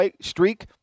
streak